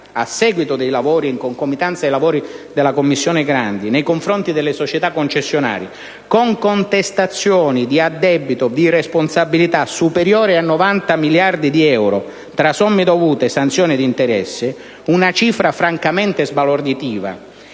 di responsabilità - in concomitanza dei lavori della commissione Grandi - nei confronti delle società concessionarie, con contestazioni di addebito di responsabilità superiori a 90 miliardi di euro (tra somme dovute, sanzioni ed interessi), una cifra francamente sbalorditiva